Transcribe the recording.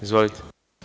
Izvolite.